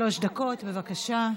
שלוש דקות, בבקשה.